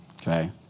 Okay